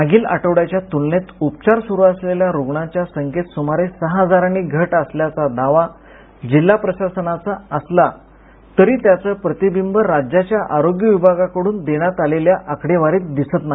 मागील आठवडयाच्या त्लनेत उपचार सुरू असलेल्या रूग्णांच्या संख्येत सुमारे सहा हजारांनी घट झाली असल्याचा दावा जिल्हा प्रशासनाचा असला तरी त्याचं प्रतिबिंब राज्याच्या आरोग्य िभागाकडून देण्यात आलेल्या आकडेवारीत दिसत नाही